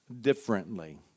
differently